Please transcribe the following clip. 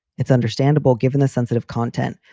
it's understandable given the sensitive content,